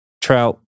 trout